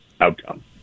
outcome